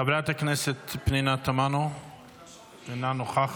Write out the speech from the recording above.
חברת הכנסת פנינה תמנו, בבקשה.